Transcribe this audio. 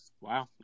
Wow